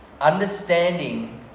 Understanding